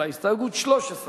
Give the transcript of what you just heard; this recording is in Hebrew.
ההסתייגות מס' 8 של קבוצת סיעת